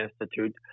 Institute